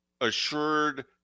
assured